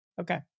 okay